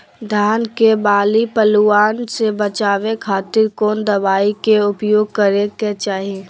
धान के बाली पिल्लूआन से बचावे खातिर कौन दवाई के उपयोग करे के चाही?